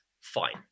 Fine